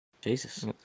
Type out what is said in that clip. Jesus